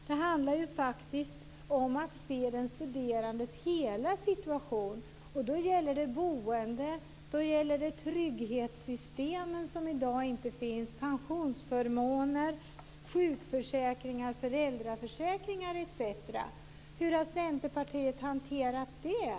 Det handlar ju faktiskt om att se den studerandes hela situation. Då gäller det boendet. Då gäller det trygghetssystemen, som i dag inte finns. Det gäller pensionsförmåner, sjukförsäkringar, föräldraförsäkringar etc. Hur har Centerpartiet hanterat det?